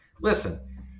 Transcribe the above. Listen